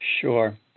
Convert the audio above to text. Sure